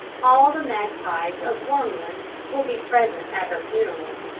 all the magpies of wermland will be present at her funeral.